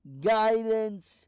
guidance